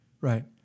Right